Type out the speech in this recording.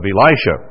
Elisha